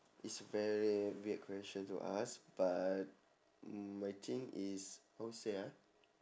it's very very weird question to ask but mm I think is how to say ah